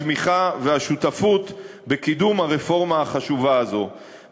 התמיכה והשותפות בקידום הרפורמה החשובה הזאת,